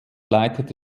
leitete